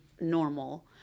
normal